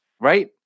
right